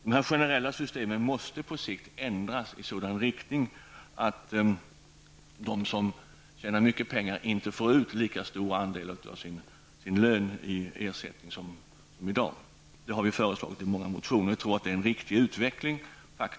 De generella systemen måste på sikt ändras i sådan riktning att de som tjänar mycket pengar inte får ut lika stor andel av sin lön i ersättning som i dag. Det är ett förslag som vi har framfört i många motioner. Vi tror att det är en riktig utveckling.